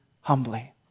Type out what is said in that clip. humbly